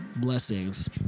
Blessings